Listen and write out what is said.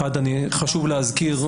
חשוב להזכיר,